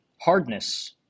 Hardness